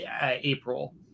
April